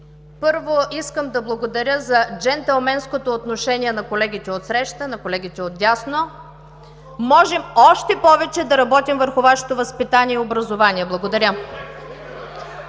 Първо, искам да благодаря за джентълменското отношение на колегите отсреща, на колегите от дясно. Можем още повече да работим върху Вашето възпитание и образование. Благодаря.